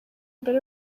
mbere